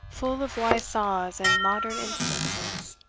full of wise saws and modern instances.